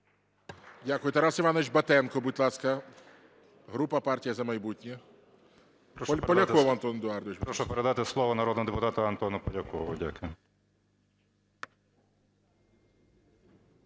Дякую. Тарас Іванович Батенко, будь ласка, група "Партія "За майбутнє". 16:24:43 БАТЕНКО Т.І. Прошу передати слово народному депутату Антону Полякову. Дякую.